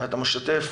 אתה משתף